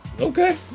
Okay